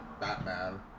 Batman